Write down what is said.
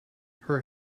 her